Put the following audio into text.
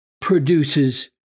produces